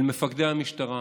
אל מפקדי המשטרה: